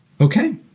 Okay